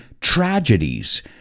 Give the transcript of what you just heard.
tragedies